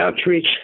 outreach